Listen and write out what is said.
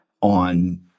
on